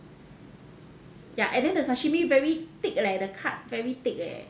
ya and then the sashimi very thick leh the cut very thick leh